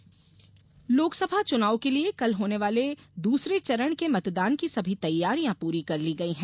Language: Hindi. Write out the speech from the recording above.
मतदान लोकसभा चुनाव के लिए कल होने वाले दूसरे चरण के मतदान की सभी तैयारियां पूरी कर ली गई हैं